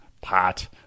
pot